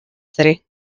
city